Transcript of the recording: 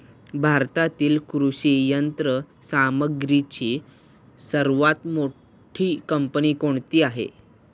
भारतातील कृषी यंत्रसामग्रीची सर्वात मोठी कंपनी कोणती आहे?